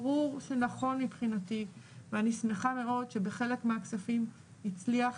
ברור שנכון מבחינתי ואני שמחה מאוד שבחלק מהכספים הצליח